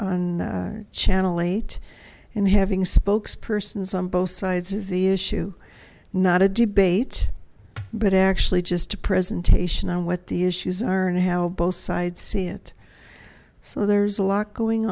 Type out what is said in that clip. on channel eight and having spokespersons on both sides of the issue not a debate but actually just a presentation on what the issues are and how both sides see it so there's a lot going